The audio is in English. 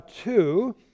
two